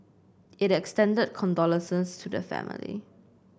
it extended condolences to the family